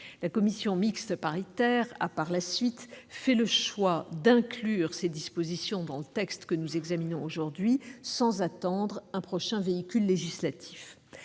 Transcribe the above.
La commission mixte paritaire a, par la suite, fait le choix de les inclure dans le texte que nous examinons aujourd'hui, sans attendre un nouveau véhicule législatif.